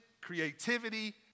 creativity